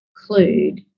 include